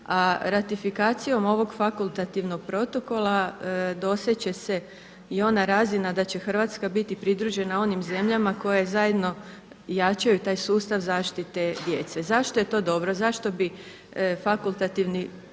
a ratifikacijom ovog fakultativnog protokola doseže se i ona razina da će Hrvatska biti pridružena onim zemljama koje zajedno jačaju taj sustav zaštite djece. Zašto je to dobro? Zašto bi fakultativni protokol